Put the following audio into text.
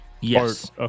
Yes